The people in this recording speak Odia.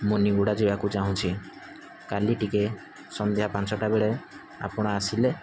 ମୁନିଗୁଡ଼ା ଯିବାକୁ ଚାଁହୁଛି କାଲି ଟିକେ ସଂନ୍ଧ୍ୟା ପାଞ୍ଚଟା ବେଳେ ଆପଣ ଆସିଲେ